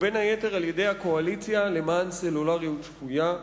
ובין היתר על-ידי הקואליציה למען סלולריות שפויה.